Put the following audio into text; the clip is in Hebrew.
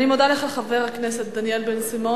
אני מודה לך, חבר הכנסת דניאל בן-סימון.